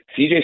CJ